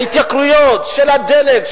ההתייקרויות של הדלק,